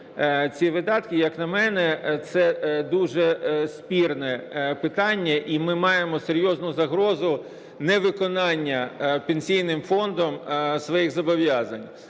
ці видатки, як на мене, це дуже спірне питання, і ми маємо серйозну загрозу невиконання Пенсійним фондом своїх зобов'язань.